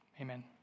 Amen